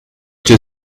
c’è